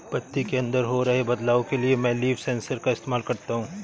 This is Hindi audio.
पत्ती के अंदर हो रहे बदलाव के लिए मैं लीफ सेंसर का इस्तेमाल करता हूँ